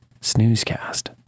snoozecast